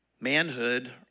manhood